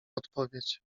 odpowiedź